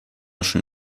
schon